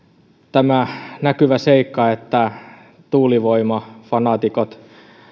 tämä näkyvä seikka että tuulivoimafanaatikot